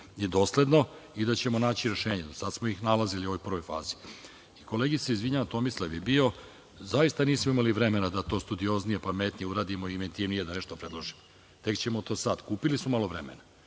i dosledno i da ćemo naći rešenje. Za sada smo ih nalazili u ovoj prvoj fazi. Kolegi se izvinjavam, Tomislav je bio. Zaista nismo imali vremena da to studioznije, pametnije uradimo i eventivnije nešto da predložimo. Tek ćemo to sada. Kupili smo malo vremena.